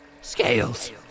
Scales